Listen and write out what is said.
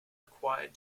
required